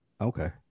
okay